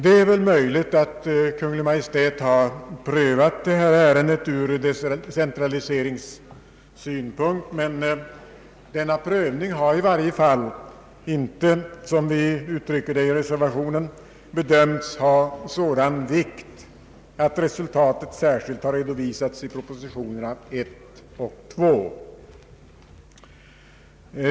Det är väl möjligt att Kungl. Maj:t har prövat detta ärende från decentraliseringssynpunkt, men denna prövning har i varje fall inte — som vi uttrycker det i reservationen — ”bedömts ha sådan vikt att den särskilt redovisats i propositionerna 1 och 2”.